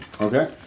Okay